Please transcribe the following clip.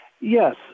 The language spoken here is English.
Yes